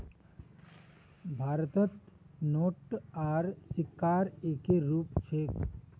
भारतत नोट आर सिक्कार एक्के रूप छेक